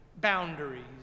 boundaries